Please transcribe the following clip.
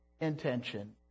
intention